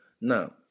Now